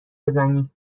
بزنی